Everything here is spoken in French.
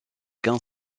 qu’un